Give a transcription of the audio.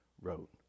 wrote